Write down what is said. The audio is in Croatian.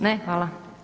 Ne, hvala.